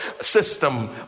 system